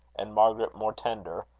and margaret more tender,